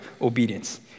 obedience